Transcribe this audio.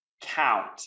count